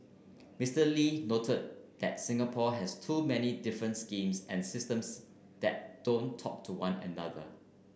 Mister Lee noted that Singapore has too many difference schemes and systems that don't talk to one another